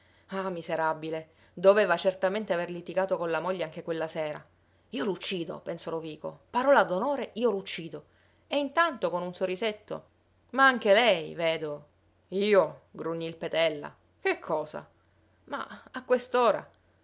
ah miserabile doveva certamente aver litigato con la moglie anche quella sera io l'uccido pensò lovico parola d'onore io l'uccido e intanto con un sorrisetto ma anche lei vedo io grugnì il petella che cosa ma a quest'ora